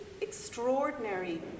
extraordinary